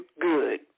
good